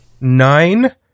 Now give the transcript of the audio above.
Nine